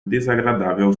desagradável